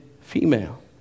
female